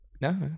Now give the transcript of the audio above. No